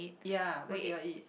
ya what do you all eat